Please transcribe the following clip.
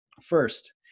First